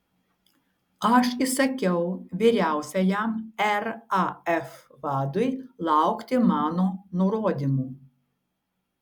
aš įsakiau vyriausiajam raf vadui laukti mano nurodymų